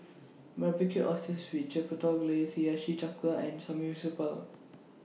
Barbecued Oysters with Chipotle Glaze Hiyashi Chuka and